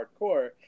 Hardcore